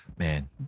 Man